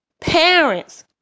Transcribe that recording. parents